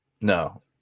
No